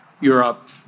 Europe